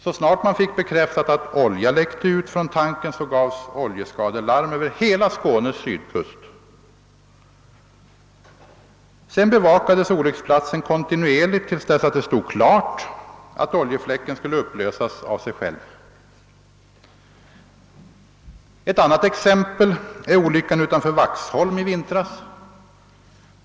Så snart man fått bekräftat att olja läckte ut från tankern, gavs oljeskadelarm över hela Skånes sydkust. Olycksplatsen bevakades kontinuerligt tills det stod klart att oljefläcken skulle upplösas av sig själv. Ett annat exempel är olyckan utanför Vaxholm i vintras.